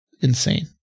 insane